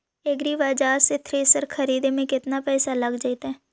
एग्रिबाजार से थ्रेसर खरिदे में केतना पैसा लग जितै?